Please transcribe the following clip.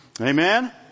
amen